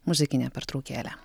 muzikinė pertraukėlė